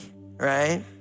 right